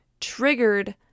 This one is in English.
triggered